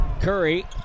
Curry